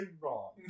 wrong